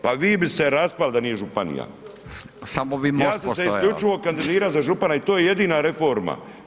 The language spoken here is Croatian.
Pa vi bi se raspali da nije županija [[Upadica Radin: Samo bi MOST postojao.]] Ja sam se isključivo kandidirao za župana i to je jedina reforma.